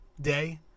day